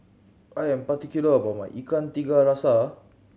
I am particular about my Ikan Tiga Rasa